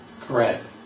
Correct